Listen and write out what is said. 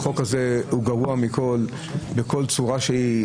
החוק הזה גרוע בכל צורה שהיא,